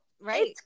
Right